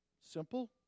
Simple